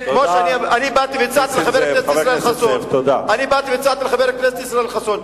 אני באתי והצעתי לחבר הכנסת ישראל חסון,